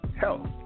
health